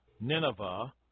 Nineveh